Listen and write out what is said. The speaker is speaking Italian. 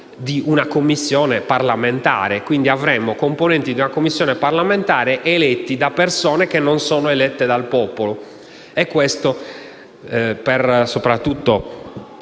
di una Commissione parlamentare. Quindi, avremmo componenti di una Commissione parlamentare eletti da persone che non sono elette dal popolo. Questo, soprattutto